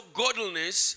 godliness